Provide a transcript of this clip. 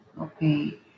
Okay